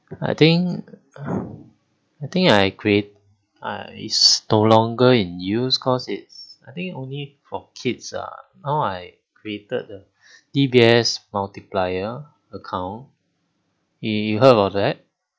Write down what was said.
I think I think I create I store longer in use cause it's I think only for kids ah I created the D_B_S multiplier account you heard about that